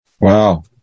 wow